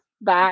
Bye